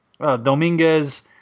Dominguez